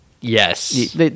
Yes